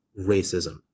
racism